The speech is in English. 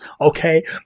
okay